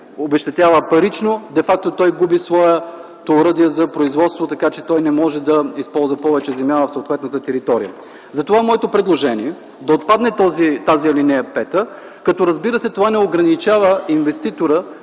обезщетява парично, де факто той губи своето оръдие за производство. Така че той не може да използва повече земя в съответната територия. Затова моето предложение е да отпадне ал. 5, като, разбира се, това не ограничава инвеститорът,